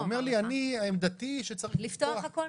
הוא אמר שעמדתו היא שצריך לפתוח,